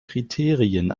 kriterien